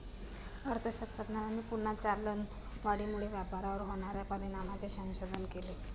अर्थशास्त्रज्ञांनी पुन्हा चलनवाढीमुळे व्यापारावर होणार्या परिणामांचे संशोधन केले